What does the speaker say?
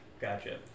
Gotcha